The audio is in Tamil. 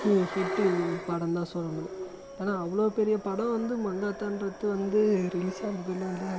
ம் ஹிட்டுன்னு படம்ன்னு தான் சொல்ல முடியும் ஏன்னா அவ்வளோ பெரிய படம் வந்து மங்காத்தான்றது வந்து ரிலீஸ் ஆனதில்